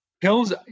Pills